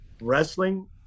wrestling